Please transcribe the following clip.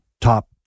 top